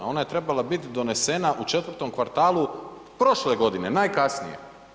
Ona je trebala biti donesena u 4 kvartalu prošle godine najkasnije.